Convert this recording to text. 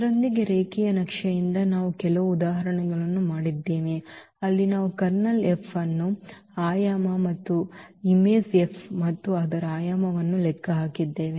ಇದರೊಂದಿಗೆ ರೇಖೀಯ ನಕ್ಷೆಯಿಂದ ನಾವು ಕೆಲವು ಉದಾಹರಣೆಗಳನ್ನು ಮಾಡಿದ್ದೇವೆ ಅಲ್ಲಿ ನಾವು ಕರ್ನಲ್ F ಅನ್ನು ಕರ್ನಲ್ F ನ ಆಯಾಮ ಹಾಗೂ ಚಿತ್ರ F ಮತ್ತು ಅದರ ಆಯಾಮವನ್ನು ಲೆಕ್ಕ ಹಾಕಿದ್ದೇವೆ